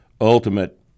ultimate